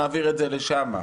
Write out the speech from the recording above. נעביר את זה לשם,